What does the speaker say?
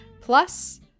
Plus